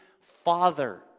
Father